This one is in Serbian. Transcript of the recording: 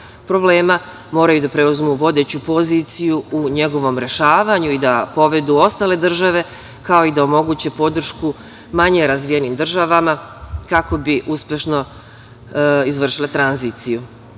problema moraju da preuzmu vodeću poziciju u njegovom rešavanju i da povedu ostale države, kao i da omoguće podršku manje razvijenim državama, kako bi uspešno izvršile tranziciju. Jedna